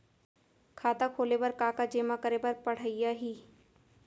खाता खोले बर का का जेमा करे बर पढ़इया ही?